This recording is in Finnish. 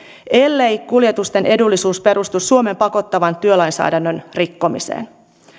ellei kuljetusten edullisuus perustu suomen pakottavan työlainsäädännön rikkomiseen